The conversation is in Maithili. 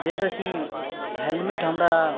जाहिसँ कि हेलमेट हमरा